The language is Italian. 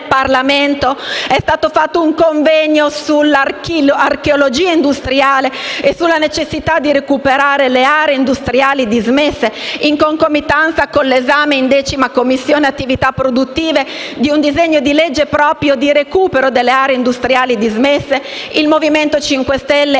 è stato organizzato un convegno sulla archeologia industriale e sulla necessità di recuperare le aree industriali dismesse, in concomitanza con l'esame in 10a Commissione di un disegno di legge per il recupero delle aree industriali dismesse. Il Movimento 5 Stelle ha